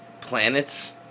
planets